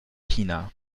china